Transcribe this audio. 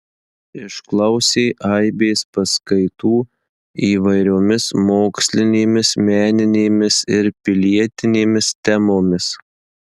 išklausė aibės paskaitų įvairiomis mokslinėmis meninėmis ir pilietinėmis temomis